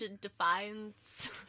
Defiance